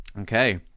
Okay